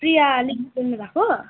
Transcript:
प्रिया आलिक बोल्नु भएको